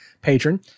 patron